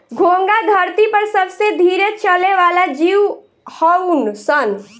घोंघा धरती पर सबसे धीरे चले वाला जीव हऊन सन